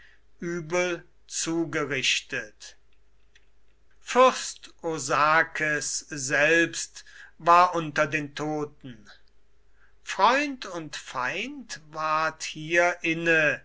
übel zugerichtet fürst osakes selbst war unter den toten freund und feind ward hier inne